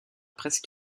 presse